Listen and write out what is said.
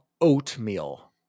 oatmeal